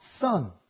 son